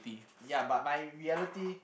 ya but my reality